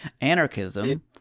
Anarchism